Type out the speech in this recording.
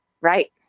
Right